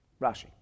Rashi